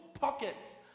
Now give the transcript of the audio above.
pockets